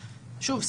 שוב,